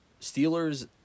Steelers